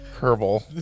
Herbal